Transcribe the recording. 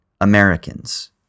Americans